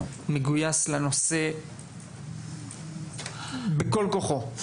הוא מגויס לנושא בכל כוחו.